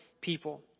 people